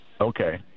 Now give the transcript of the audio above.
Okay